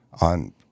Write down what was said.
on